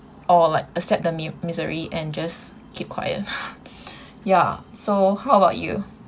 or like accept the mu~ misery and just keep quiet ya so how about you